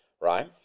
right